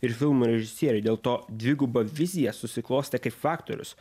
ir filmų režisieriai dėlto dviguba vizija susiklostė kaip faktorius